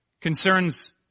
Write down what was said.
concerns